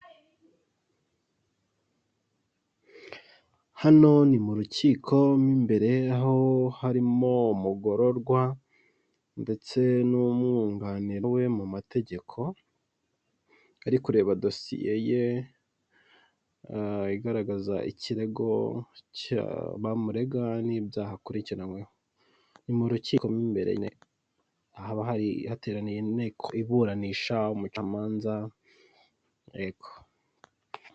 Hano ni mu rukiko mo imbere aho harimo umugororwa, ndetse n'umwunganira we mu mategeko. Ari kureba dosiye ye, igaragaza ikirego bamurega n'ibyaha akurikiranyweho. Mu rukiko imbere, haba hateraniye inteko iburanisha, umucamanza, yego.